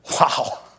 Wow